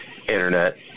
internet